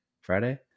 Friday